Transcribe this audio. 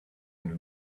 into